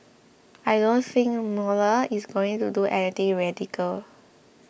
I don't think Mueller is going to do anything radical